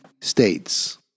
states